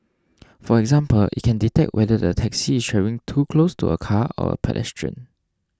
for example it can detect whether the taxi is travelling too close to a car or a pedestrian